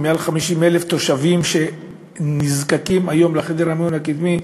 מעל 50,000 תושבים שנזקקים היום לחדר המיון הקדמי,